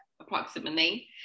approximately